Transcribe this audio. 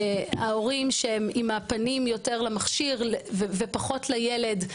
ההורים עם הפנים יותר למכשיר ופחות לילד.